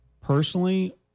personally